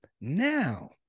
Now